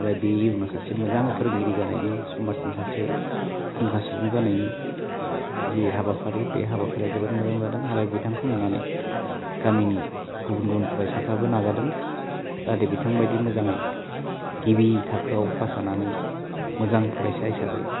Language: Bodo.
आरो बे इयुनाव सासे मोजां फोरोंगिरि जानायनि समाजनि सासे फुंखा सुबुं जानायनि जि हाबाफारि बे हाबाफारिया जोबोर मोजां जादों आरो बिथांखौ नुनानै गामिनि गुबुन गुबुन फरायसाफ्राबो नाजादों जाहाते बिथांबायदि मोजाङै गिबि थाखोआव पास जानानै मोजां फरायसा हिसाबै